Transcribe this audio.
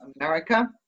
America